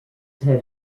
had